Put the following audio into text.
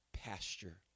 pasture